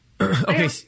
Okay